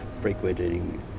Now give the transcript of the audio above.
frequenting